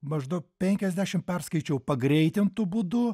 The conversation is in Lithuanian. maždaug penkiasdešimt perskaičiau pagreitintu būdu